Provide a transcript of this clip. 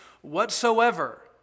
whatsoever